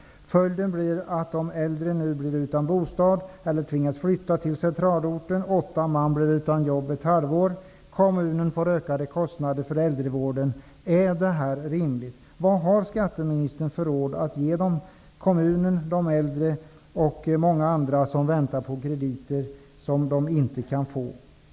Följden blir nu att de äldre nu blir utan bostad eller tvingas flytta till centralorten, åtta man blir utan jobb ett halvår och kommunen får ökade kostnader för äldrevården. Är det rimligt? Vad har skatteministern för råd att ge kommunen, de äldre och många andra som väntar på krediter men som de inte kan få?